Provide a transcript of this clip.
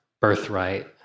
birthright